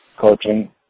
coaching